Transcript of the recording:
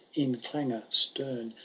in clangor stem.